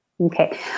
Okay